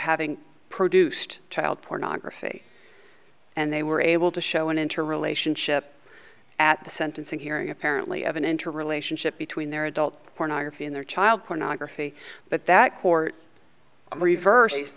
having produced child pornography and they were able to show an interest in ship at the sentencing hearing apparently evan interrelationship between their adult pornography and their child pornography but that court reverse